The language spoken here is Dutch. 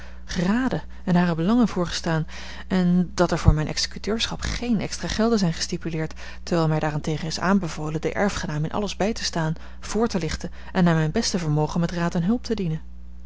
geraden en hare belangen voorgestaan en dat er voor mijn executeurschap geen extra gelden zijn gestipuleerd terwijl mij daarentegen is aanbevolen den erfgenaam in alles bij te staan voor te lichten en naar mijn beste vermogen met raad en hulp te dienen